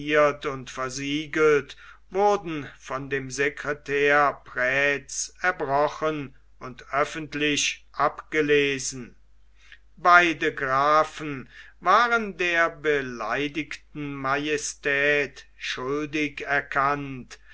und versiegelt wurden von dem sekretär pranz erbrochen und öffentlich abgelesen beide grafen waren der beleidigten majestät schuldig erkannt